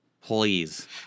Please